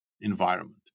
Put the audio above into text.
environment